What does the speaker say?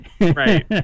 Right